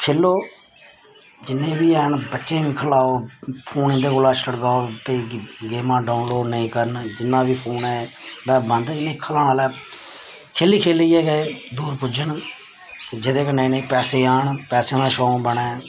खेलो जिन्ने बी हैन बच्चें गी बी खलाओ फोन इं'दे कोला छड़काओ भेई गेमां डाउनलोड नेईं करन जिन्ना बी फोन एह् बंद खलाने आह्ला ऐ खेली खेलियै गै दूर पुज्जन जेह्दे कन्नै इ'नेंगी पैसे आन पैसें दा शौंक बनै